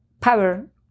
power